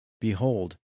Behold